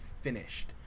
finished